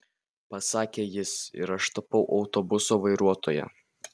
pasakė jis ir aš tapau autobuso vairuotoja